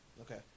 Okay